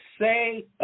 say